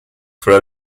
for